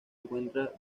encuentra